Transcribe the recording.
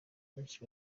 benshi